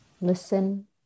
listen